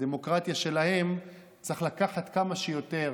בדמוקרטיה שלהם צריך לקחת כמה שיותר,